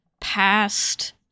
past